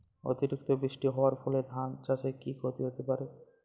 অতিরিক্ত বৃষ্টি হওয়ার ফলে ধান চাষে কি ক্ষতি হতে পারে?